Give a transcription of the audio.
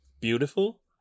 beautiful